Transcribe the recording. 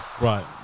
Right